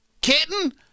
kitten